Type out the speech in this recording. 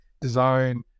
design